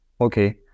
okay